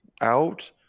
out